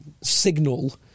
signal